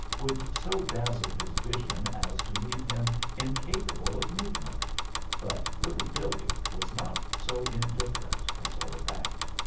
would so dazzle his vision as to leave him incapable of movement but little billee was not so indifferent as all that.